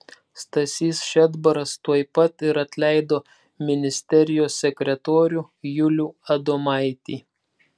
stasys šedbaras tuoj pat ir atleido ministerijos sekretorių julių adomaitį